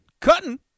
Cutting